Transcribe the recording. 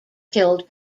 killed